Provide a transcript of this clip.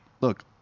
Look